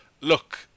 Look